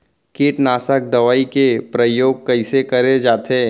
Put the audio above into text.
कीटनाशक दवई के प्रयोग कइसे करे जाथे?